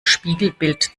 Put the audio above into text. spiegelbild